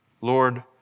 Lord